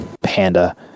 panda